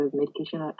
medication